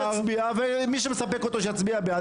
מי שמספק אותו שיצביע בעד.